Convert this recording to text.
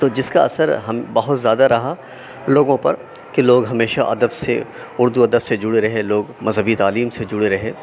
تو جس کا اثر ہم بہت زیادہ رہا لوگوں پر کہ لوگ ہمیشہ ادب سے اُردو ادب سے جڑے رہے لوگ مذہبی تعلیم سے جڑے رہے